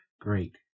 great